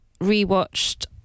rewatched